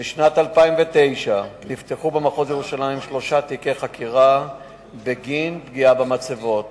בשנת 2009 נפתחו במחוז ירושלים שלושה תיקי חקירה בגין פגיעה במצבות: